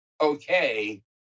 okay